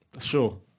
sure